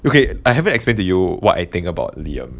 okay I haven't explain to you what I think about liam